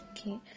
Okay